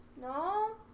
No